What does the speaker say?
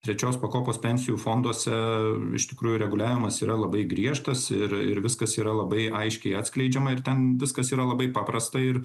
trečios pakopos pensijų fonduose iš tikrųjų reguliavimas yra labai griežtas ir ir viskas yra labai aiškiai atskleidžiama ir ten viskas yra labai paprasta ir